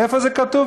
איפה זה כתוב?